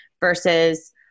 Versus